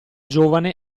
giovane